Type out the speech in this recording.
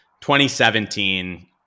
2017